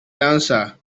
dancer